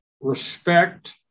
respect